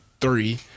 three